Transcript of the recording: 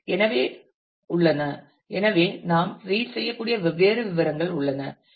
எனவே உள்ளன எனவே நாம் ரீட் செய்யக்கூடிய வெவ்வேறு விவரங்கள் உள்ளன